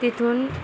तिथून